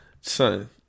Son